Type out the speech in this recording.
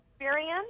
experience